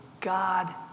God